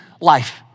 life